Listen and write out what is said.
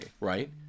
right